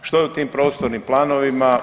Što je u tim prostornim planovima?